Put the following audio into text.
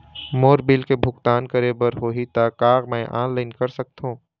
मोर bill के भुगतान करे बर होही ता का मैं ऑनलाइन कर सकथों?